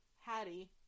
Hattie